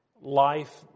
Life